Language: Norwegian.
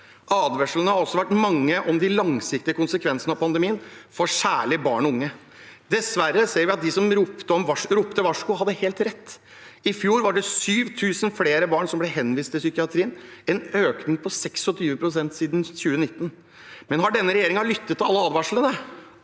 Advarslene har også vært mange om de langsiktige konsekvensene av pandemien, særlig for barn og unge. Dessverre ser vi at de som ropte varsku, hadde helt rett. I fjor var det 7 000 flere barn som ble henvist til psykiatrien – en økning på 26 pst. siden 2019. Har denne regjeringen lyttet til alle advarslene?